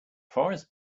forest